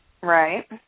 Right